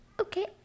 okay